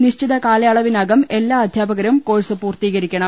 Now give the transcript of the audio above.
നിശ്ചിത കാലയള വിനകം എല്ലാ അധ്യാപകരും കോഴ്സ് പൂർത്തീകരിക്കണം